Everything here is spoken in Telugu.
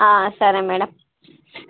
సరే మేడం